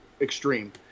extreme